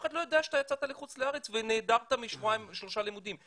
אף אחד לא יודע שאתה יצאת לחו"ל ונעדרת משבועיים שלושה לימודים.